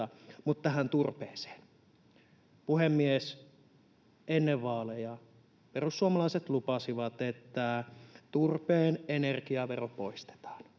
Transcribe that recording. Mutta tähän turpeeseen. Puhemies! Ennen vaaleja perussuomalaiset lupasivat, että turpeen energiavero poistetaan.